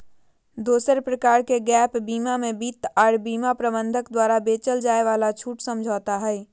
दोसर प्रकार के गैप बीमा मे वित्त आर बीमा प्रबंधक द्वारा बेचल जाय वाला छूट समझौता हय